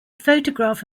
photograph